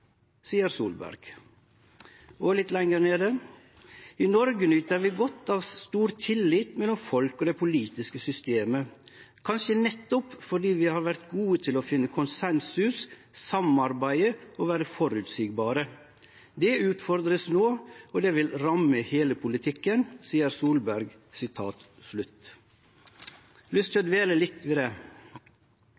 Solberg. Og litt lenger nede: I «Norge nyter vi godt av stor tillit mellom folk og det politiske systemet, kanskje nettopp fordi vi har vært god til å finne konsensus, samarbeide og være forutsigbare. Det utfordres nå og det vil ramme hele politikken.» Det seier Solberg. Eg har lyst til å